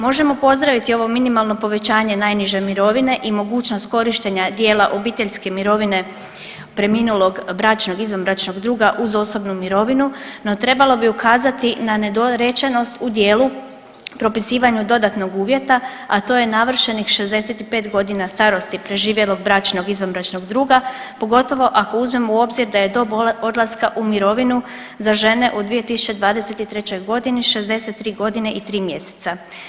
Možemo pozdraviti ovo minimalno povećanje naniže mirovine i mogućnost korištenja dijela obiteljske mirovine preminulog bračnog, izvanbračnog druga uz osobnu mirovinu no trebalo bi ukazati na nedorečenost u dijelu propisivanja dodatnog uvjeta, a to je navršenih 65 godina starosti preživjelog bračnog, izvanbračnog druga pogotovo ako uzmemo u obzir da je do odlaska u mirovinu za žene u 2023. godini 63 godine i 3 mjeseca.